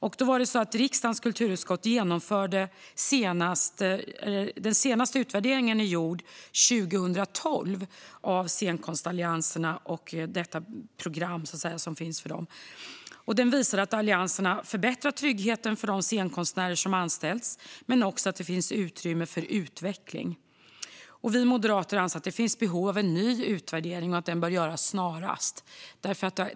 Den senaste utvärdering som riksdagens kulturutskott har gjort av scenkonstallianserna och deras program är från 2012. Den visade att allianserna har förbättrat tryggheten för de scenkonstnärer som anställts men också att det finns utrymme för utveckling. Vi moderater anser att det finns behov av en ny utvärdering och att den bör göras snarast.